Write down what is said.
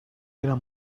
eren